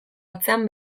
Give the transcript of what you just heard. atzean